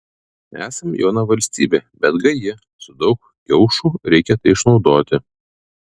esam jauna valstybė bet gaji su daug kiaušų reikia tai išnaudoti